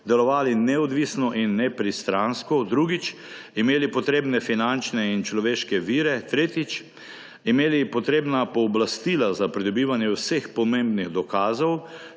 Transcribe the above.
delovali neodvisno in nepristransko, drugič, imeli potrebne finančne in človeške vire, tretjič, imeli potrebna pooblastila za pridobivanje vseh pomembnih dokazov,